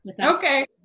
okay